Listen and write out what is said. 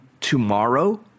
tomorrow